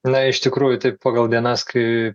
na iš tikrųjų taip pagal dienas kai